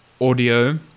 audio